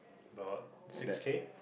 about six K